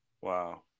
Wow